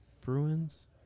Bruins